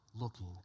looking